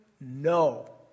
no